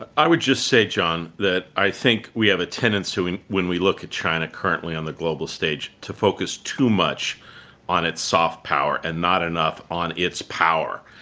i would just say, john, that i think we have, tendency when when we look at china currently on the global stage, to focus too much on its soft power and not enough on its power.